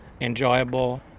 enjoyable